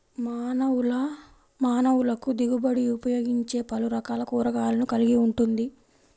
మానవులకుదిగుబడినిఉపయోగించేపలురకాల కూరగాయలను కలిగి ఉంటుంది